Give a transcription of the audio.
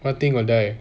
what thing will die